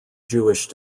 jewish